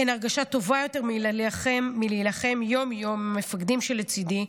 אין הרגשה טובה יותר מלהילחם יום-יום עם המפקדים שלצידי,